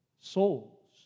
souls